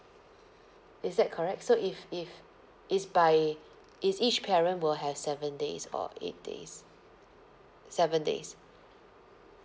is that correct so if if it's by it's each parent will have seven days or eight days seven days